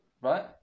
Right